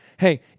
Hey